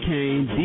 Kane